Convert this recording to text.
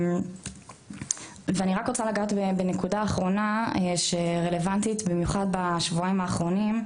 ואני רק רוצה לגעת בנקודה אחרונה שרלוונטית במיוחד בשבועיים האחרונים,